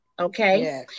Okay